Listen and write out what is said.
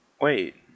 Wait